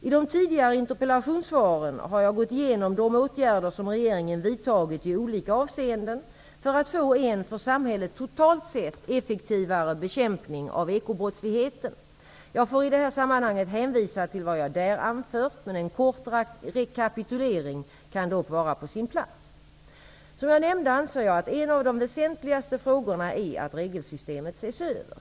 I de tidigare interpellationssvaren har jag gått igenom de åtgärder som regeringen vidtagit i olika avseenden för att få en för samhället totalt sett effektivare bekämpning av ekobrottsligheten. Jag får i det här sammanhanget hänvisa till vad jag där anfört. En kort rekapitulering kan dock vara på sin plats. Som jag nämnde anser jag att en av de väsentligaste frågorna är att regelsystemet ses över.